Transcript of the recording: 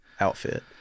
outfit